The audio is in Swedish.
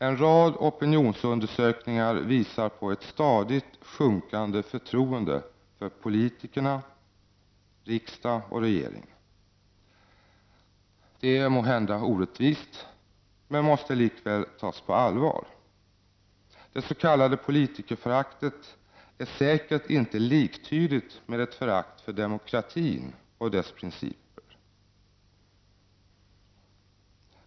En rad opinionsundersökningar visar på ett stadigt sjunkande förtroende för politikerna, riksdag och regering. Det är måhända orättvist men måste likväl tas på allvar. Det s.k. politikerföraktet är säkert inte liktydigt med ett förakt för demokratin och dess principer.